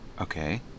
Okay